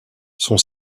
son